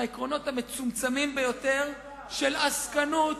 העקרונות המצומצמים ביותר של עסקנות,